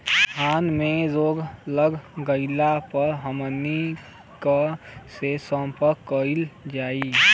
धान में रोग लग गईला पर हमनी के से संपर्क कईल जाई?